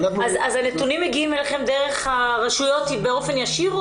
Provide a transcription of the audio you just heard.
אז הנתונים מגיעים אליכם מהרשויות באופן ישיר?